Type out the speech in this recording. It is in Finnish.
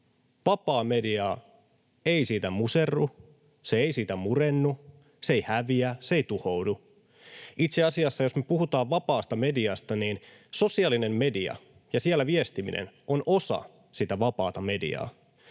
Vapaa media ei siitä muserru, se ei siitä murennu, se ei häviä, se ei tuhoudu. Itse asiassa, jos me puhutaan vapaasta mediasta, niin sosiaalinen media ja siellä viestiminen ovat osa sitä vapaata mediaa,